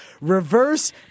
reverse